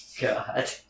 God